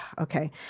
okay